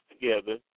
together